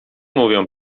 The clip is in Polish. mówią